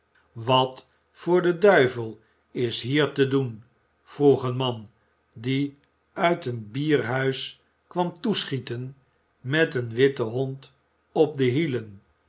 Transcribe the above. wat voor den duivel is hier te doen vroeg een man die uit een bierhuis kwam toeschieten met een witten hond op de hielen